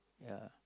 ya